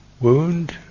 wound